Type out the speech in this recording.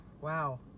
wow